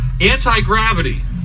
anti-gravity